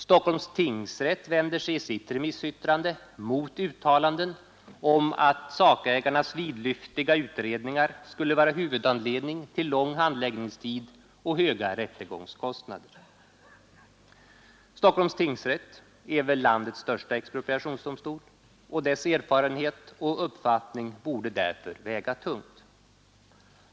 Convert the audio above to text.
Stockholms tingsrätt vänder sig i sitt remissyttrande mot uttalanden om att sakägarnas vidlyftiga utredningar skulle vara en huvudanledning till lång handläggningstid och höga rättegångskostnader. Stockholms tingsrätt är väl landets största expropriationsdomstol, och dess erfarenhet och uppfattning torde därför väga tungt.